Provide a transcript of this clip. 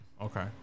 Okay